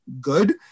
good